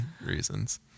reasons